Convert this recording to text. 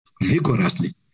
vigorously